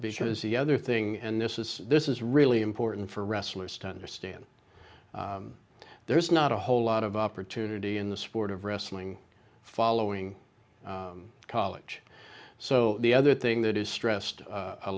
because the other thing and this is this is really important for wrestlers to understand there's not a whole lot of opportunity in the sport of wrestling following college so the other thing that is stressed